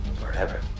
forever